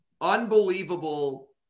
unbelievable